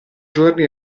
giorni